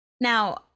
now